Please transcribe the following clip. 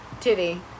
Titty